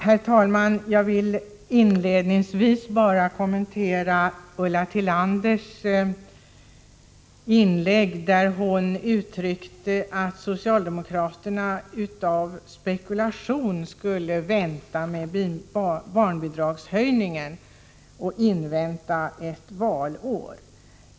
Herr talman! Jag vill inledningsvis kommentera Ulla Tillanders inlägg, där hon hävdade att socialdemokraterna av spekulation skulle vänta med barnbidragshöjningen och invänta ett valår.